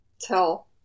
tell